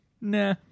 nah